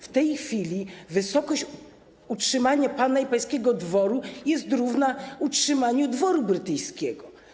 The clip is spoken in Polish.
W tej chwili wysokość utrzymania pana i pańskiego dworu jest równa utrzymaniu dworu brytyjskiego.